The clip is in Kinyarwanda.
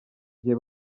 gihe